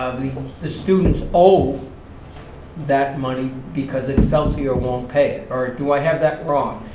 the students owe that money because excelsior won't pay it. or do i have that wrong?